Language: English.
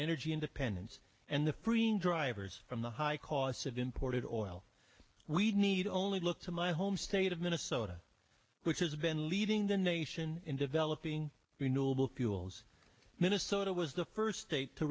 energy independence and the preening drivers from the high costs of imported oil we need only look to my home state of minnesota which has been leading the nation in developing renewable fuels minnesota was the first state to